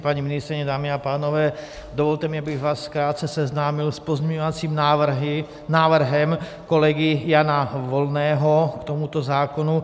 Paní ministryně, dámy a pánové, dovolte mi, abych vás krátce seznámil s pozměňovacím návrhem kolegy Jana Volného k tomuto zákonu.